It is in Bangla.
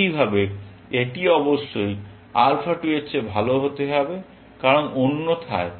একইভাবে এটি অবশ্যই আলফা 2 এর চেয়ে ভাল হতে হবে কারণ অন্যথায়